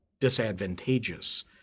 disadvantageous